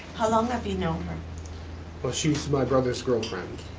how long have you known her? well, she's my brother's girlfriend.